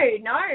no